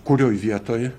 kurioj vietoj